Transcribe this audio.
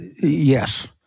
yes